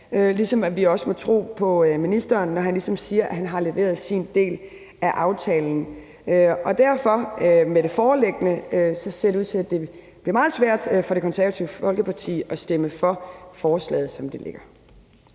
ligesom vi også må tro på ministeren, når han siger, at han har leveret sin del af aftalen. Derfor ser det med det foreliggende ud til at blive meget svært for Det Konservative Folkeparti at stemme for forslaget, som det ligger